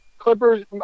Clippers